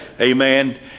amen